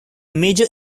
major